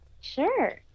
Sure